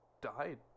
died